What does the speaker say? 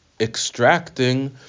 extracting